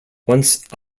once